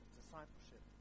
discipleship